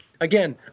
again